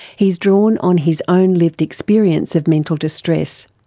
he's drawn on his own lived experience of mental distress.